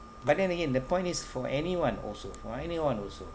but then again the point is for anyone also for anyone also